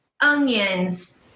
onions